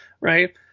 right